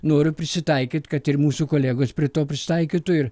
noriu prisitaikyt kad ir mūsų kolegos prie to prisitaikytų ir